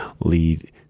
lead